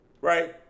right